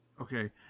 okay